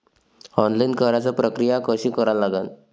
Online कराच प्रक्रिया कशी करा लागन?